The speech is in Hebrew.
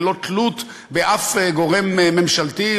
ללא תלות בשום גורם ממשלתי,